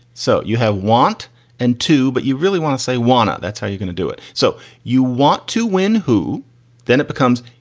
so you have want and to but you really want to say wanto. that's how you're going to do it. so you want to win. who then it becomes.